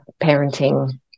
parenting